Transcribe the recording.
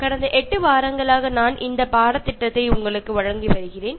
கடந்த எட்டு வாரங்களாக நான் இந்தப் பாடத்திட்டத்தை உங்களுக்கு வழங்கி வருகிறேன்